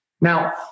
Now